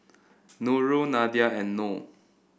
Nurul Nadia and Noh